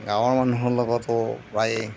গাঁৱৰ মানুহৰ লগতো প্ৰায়